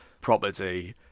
property